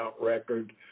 record